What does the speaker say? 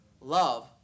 Love